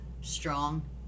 strong